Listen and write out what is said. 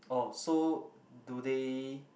oh so do they